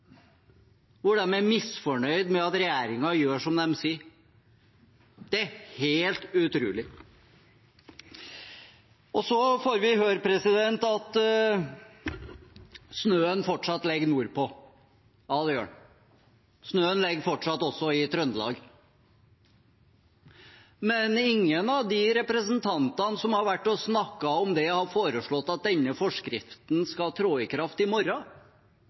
hvor de er misfornøyd med at regjeringen gjør som de sier. Det er helt utrolig. Så får vi høre at snøen fortsatt ligger nordpå – ja, det gjør den. Snøen ligger fortsatt også i Trøndelag. Men ingen av de representantene som har snakket om det, har foreslått at denne forskriften skal tre i kraft i morgen.